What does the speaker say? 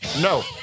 No